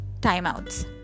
timeouts